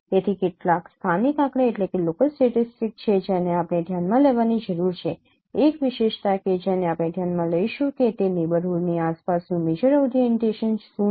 તેથી કેટલાક સ્થાનિક આંકડા છે જેને આપણે ધ્યાનમાં લેવાની જરૂર છે એક વિશેષતા કે જેને આપણે ધ્યાનમાં લઈશું કે તે નેબરહૂડની આસપાસનું મેજર ઓરીએન્ટેશન શું છે